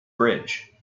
bridge